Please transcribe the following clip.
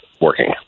working